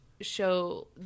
show